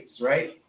right